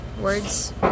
Words